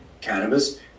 cannabis